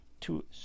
two